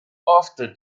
after